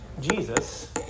Jesus